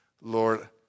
Lord